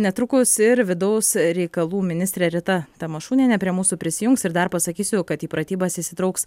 netrukus ir vidaus reikalų ministrė rita tamašunienė prie mūsų prisijungs ir dar pasakysiu kad į pratybas įsitrauks